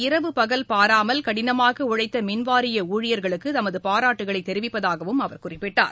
இரவு பகல் பாராமல் கடினமாக உழைத்த மின்வாரிய ஊழியர்களுக்கு தமது பாராட்டுகளை தெரிவிப்பதாகவும் அமைச்சர் குறிப்பிட்டார்